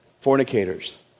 Fornicators